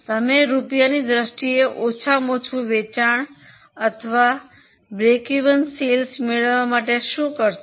તમે રૂપિયાની દ્રષ્ટિએ ઓછામાં ઓછું વેચાણ અથવા સમતૂર બિંદુ વેચાણ મેળવવા માટે શું કરશો